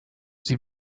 sie